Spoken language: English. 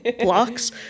blocks